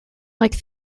like